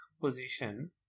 position